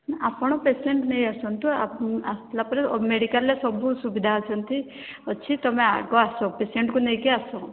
ଆପଣ ପେସେଣ୍ଟ ନେଇ ଆସନ୍ତୁ ଆସିଲା ପରେ ମେଡିକାଲରେ ସବୁ ସୁବିଧା ଅଛି ଅଛି ତୁମେ ଆଗ ଆସ ପେସେଣ୍ଟକୁ ନେଇକି ଆସ